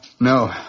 No